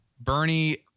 Bernie